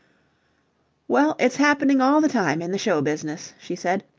well, it's happening all the time in the show business, she said.